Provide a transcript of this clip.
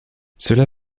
cela